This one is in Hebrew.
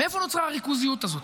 מאיפה נוצרה הריכוזיות הזאת?